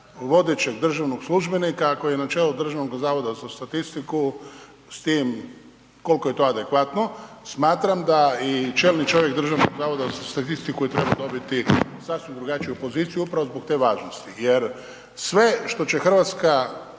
vodećeg državnog službenika ako je na čelu Državnog zavoda za statistiku s tim kolko je to adekvatno, smatram da i čelni čovjek Državnog zavoda za statistiku je trebao dobiti sasvim drugačiju poziciju upravo zbog te važnosti, jer sve što će RH